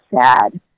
sad